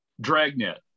Dragnet